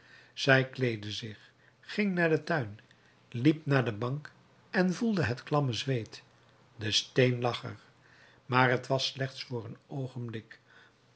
zij kleedde zich ging naar den tuin liep naar de bank en voelde het klamme zweet de steen lag er maar t was slechts voor een oogenblik